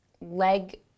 leg